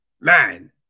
man